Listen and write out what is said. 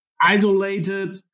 isolated